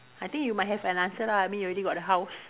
I think you might have an answer lah I mean you already got a house